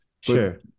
Sure